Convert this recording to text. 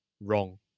wrong